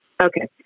Okay